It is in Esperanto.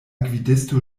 gvidisto